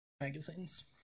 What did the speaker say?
magazines